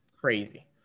crazy